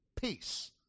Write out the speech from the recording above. peace